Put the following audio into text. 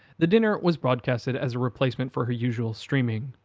the dinner was broadcasted as a replacement for her usual streaming.